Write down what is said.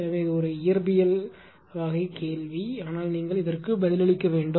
எனவே இது ஒரு இயற்பியல் வகை கேள்வி ஆனால் நீங்கள் இதற்கு பதிலளிக்க வேண்டும்